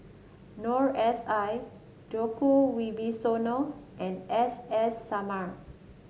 Noor S I Djoko Wibisono and S S Sarma